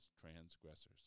transgressors